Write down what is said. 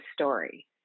story